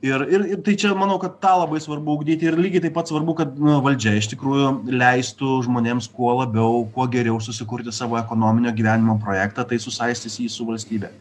ir ir ir tai čia manau kad tą labai svarbu ugdyti ir lygiai taip pat svarbu kad na valdžia iš tikrųjų leistų žmonėms kuo labiau kuo geriau susikurti savo ekonominio gyvenimo projektą tai susaistys jį su valstybe